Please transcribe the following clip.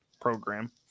program